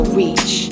reach